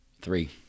three